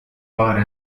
paar